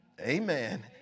Amen